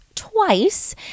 twice